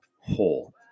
whole